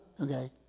Okay